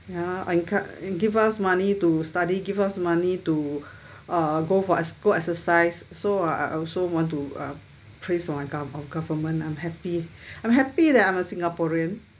ya encou~ give us money to study give us money to uh go for ex~ go exercise so I I also want to uh praise my gov~ our government lah I'm happy I'm happy that I'm a singaporean